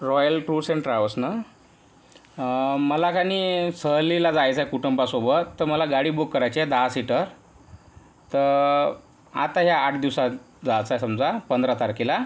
royal Tours and Travels ना मला काय नाही सहलीला जायचेय कुटुंबासोबत तर मला गाडी बुक करायचीय दहा सीटर तर आता या आठ दिवसात जायचेय समजा पंधरा तारखेला